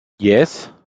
yes